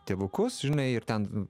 tėvukus žinai ir ten